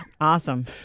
Awesome